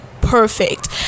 perfect